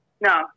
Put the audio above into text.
No